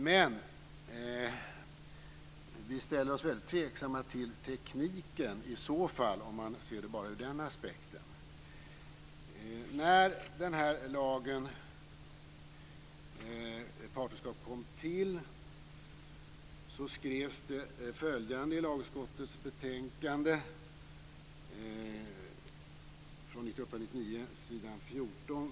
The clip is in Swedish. Men vi ställer oss väldigt tveksamma till tekniken i så fall, om man ser det bara ur denna aspekt.